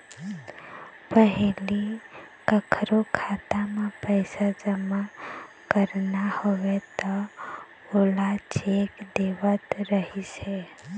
पहिली कखरो खाता म पइसा जमा करना होवय त ओला चेक देवत रहिस हे